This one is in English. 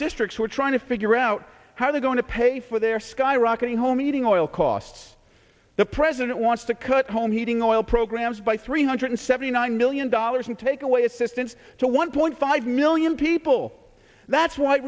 districts who are trying to figure out how they're going to pay for their skyrocketing home heating oil costs the president wants to cut home heating oil programs by three hundred seventy nine million dollars and take away assistance to one point five million people that's wh